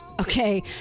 Okay